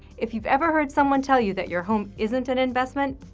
if you've ever heard someone tell you that your home isn't an investment,